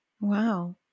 wow